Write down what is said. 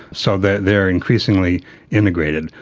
so they they are increasingly integrated.